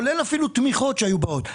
כולל תמיכות שהיו באות,